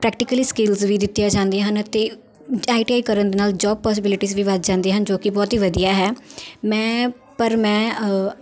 practically skills ਵੀ ਦਿੱਤੀਆਂ ਜਾਂਦੀਆਂ ਹਨ ਅਤੇ ਆਈ ਟੀ ਆਈ ਕਰਨ ਦੇ ਨਾਲ ਜੋਬ ਪੋਸੀਬਿਲਿਟੀਜ਼ ਵੀ ਵੱਧ ਜਾਂਦੇ ਹਨ ਜੋ ਕਿ ਬਹੁਤ ਹੀ ਵਧੀਆ ਹੈ ਮੈਂ ਪਰ ਮੈਂ